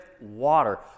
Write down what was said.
water